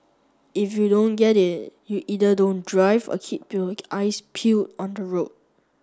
if you don't get it you either don't drive or keep your eyes peeled on the road